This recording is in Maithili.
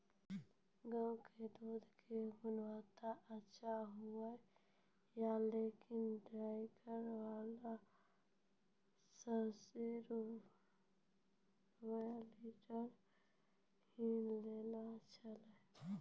गांव के दूध के गुणवत्ता अच्छा होय या लेकिन डेयरी वाला छब्बीस रुपिया लीटर ही लेय छै?